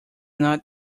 not